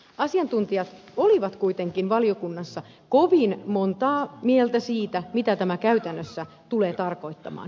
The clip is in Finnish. asiantuntijat olivat kuitenkin valiokunnassa kovin montaa mieltä siitä mitä tämä käytännössä tulee tarkoittamaan